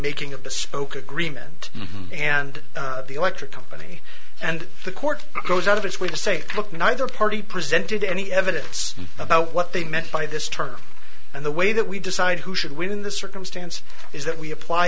making of the spoke agreement and the electric company and the court goes out of its way to say look neither party presented any evidence about what they meant by this term and the way that we decide who should win in this circumstance is that we apply